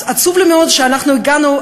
אז עצוב לי מאוד שאנחנו הגענו,